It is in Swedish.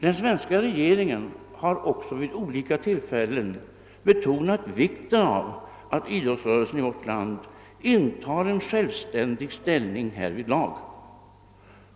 Den svenska regeringen har också vid olika tillfällen betonat vikten av att idrottsrörelsen i vårt land intar en självständig ställning härvidlag.